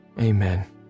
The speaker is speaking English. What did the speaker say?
amen